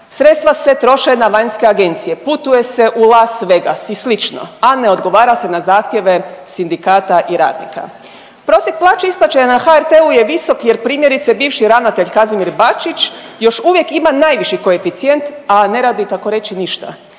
sredstva se troše na vanjske agencije, putuje se u Las Vegas i slično, a ne odgovara se na zahtjeve sindikata i radnika. Prosjek plaće isplaćen na HRT-u je visok jer primjerice bivši ravnatelj Kazimir Bačić još uvijek ima najviši koeficijent, a ne radi takoreći ništa.